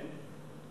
כן.